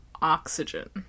oxygen